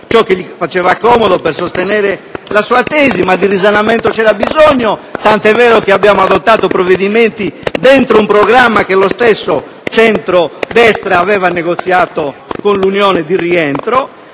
ciò che gli faceva comodo per sostenere la sua tesi. Ma di risanamento c'era bisogno, tant'è vero che abbiamo adottato provvedimenti all'interno di un programma che lo stesso centro-destra aveva negoziato con l'Unione di rientro;